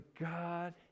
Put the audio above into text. God